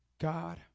God